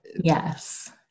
Yes